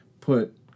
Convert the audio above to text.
put